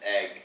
egg